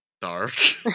dark